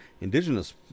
indigenous